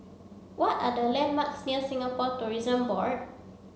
what are the landmarks near Singapore Tourism Board